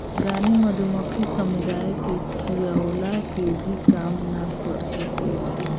रानी मधुमक्खी समुदाय के खियवला के भी काम ना कर सकेले